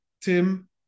Tim